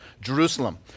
Jerusalem